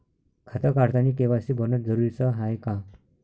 खातं काढतानी के.वाय.सी भरनं जरुरीच हाय का?